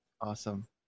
Awesome